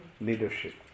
leadership